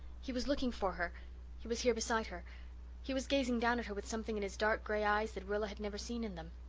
he was looking for her he was here beside her he was gazing down at her with something in his dark grey eyes that rilla had never seen in them.